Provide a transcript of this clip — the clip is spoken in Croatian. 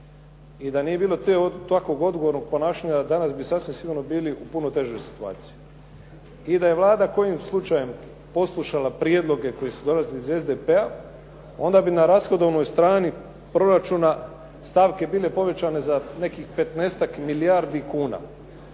i da nije bilo takvog odgovornog ponašanja, danas bi sasvim sigurno bili u puno težoj situaciju. I da je Vlada kojim slučajem poslušala prijedloge koji su dolazili od SDP-a, onda bi na rashodovnoj strani proračuna stavke bile povećane za nekih 15 milijardi kuna,